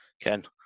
Ken